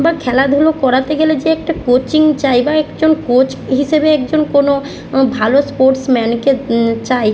বা খেলাধুলো করাতে গেলে একটা কোচিং চাই বা একজন কোচ হিসেবে একজন কোনো ভালো স্পোর্টস ম্যানকে চাই